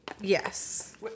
Yes